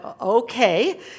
okay